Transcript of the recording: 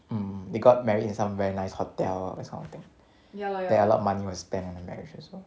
mm they got married in some very nice hotel that kind of thing then a lot of money was spent on the marriage also